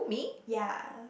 ya